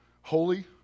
Holy